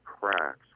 cracks